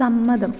സമ്മതം